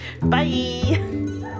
Bye